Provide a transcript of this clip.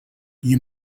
you